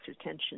attention